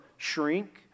Shrink